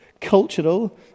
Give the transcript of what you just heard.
cultural